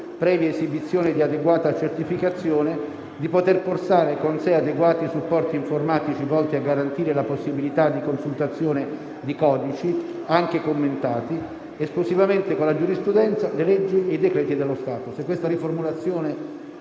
previa esibizione di adeguata certificazione, di poter portare con sé adeguati supporti informatici volti a garantire la possibilità di consultazione di codici, anche commentati, esclusivamente con la giurisprudenza, le leggi e i decreti dello Stato».